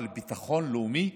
לביטחון לאומי?